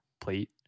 plate